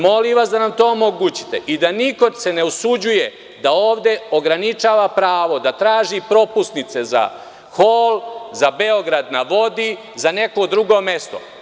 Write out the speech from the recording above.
Molim vas da nam to omogućite i da niko se ne usuđuje da ovde ograničava pravo da traži propusnice za hol, za „Beograd na vodi“, za neko drugo mesto.